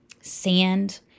sand